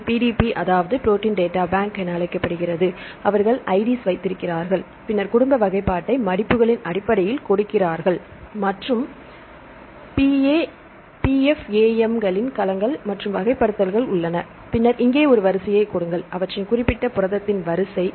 இது PDB அதாவது protein databank என அழைக்கப்படுகிறது அவர்கள் ids வைத்திருக்கிறார்கள் பின்னர் குடும்ப வகைப்பாட்டை மடிப்புகளின் அடிப்படையில் கொடுக்கிறார்கள் மற்றும் PFAM களங்கள் மற்றும் வகைப்படுத்தல்கள் உள்ளன பின்னர் இங்கே ஒரு வரிசையை கொடுங்கள் அவற்றின் குறிப்பிட்ட புரதத்தின் வரிசை